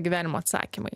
gyvenimo atsakymai